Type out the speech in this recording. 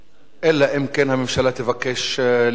אלא אם כן הממשלה תבקש להגיב.